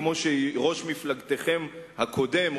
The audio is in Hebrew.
כמו שראש מפלגתכם הקודם,